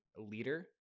leader